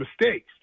mistakes